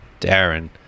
darren